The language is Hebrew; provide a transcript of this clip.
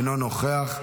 אינו נוכח,